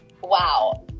wow